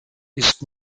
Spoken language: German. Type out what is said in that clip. ist